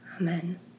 Amen